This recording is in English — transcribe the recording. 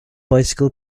bicycle